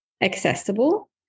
accessible